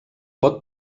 pot